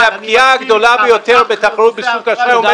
וזו הפגיעה הגדולה ביותר בתחרות בשוק האשראי.